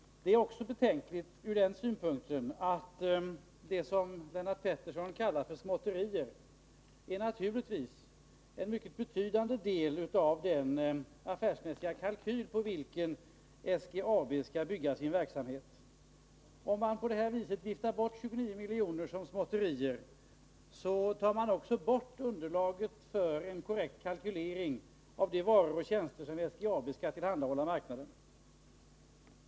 Det är betänkligt också från den synpunkten att det som Lennart Pettersson kallar för småtterier naturligtvis är en mycket betydande del av den affärsmässiga kalkyl på vilken SGAB skall bygga sin verksamhet. Om man på det här viset viftar bort 29 miljoner som småtterier, tar man också bort underlaget för en korrekt kalkylering av de varor och tjänster som SGAB skall tillhandahålla på marknaden.